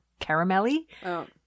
caramelly